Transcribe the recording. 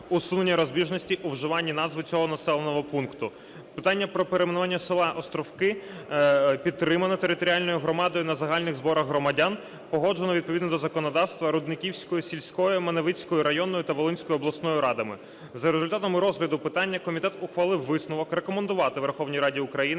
усунення розбіжностей у вживанні назви цього населеного пункту. Питання про перейменування села Островки підтримано територіальною громадою на загальних зборах громадян, погоджено відповідно до законодавства Рудниківською сільською, Маневицькою районною та Волинською обласною радами. За результатами розгляду питання комітет ухвалив висновок рекомендувати Верховній Раді України